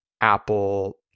Apple